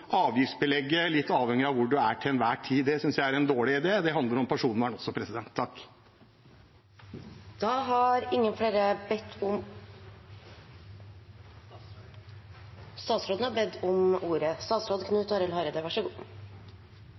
litt avhengig av hvor man er, til enhver tid. Det synes jeg er en dårlig idé. Det handler også om personvern.